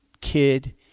kid